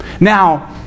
Now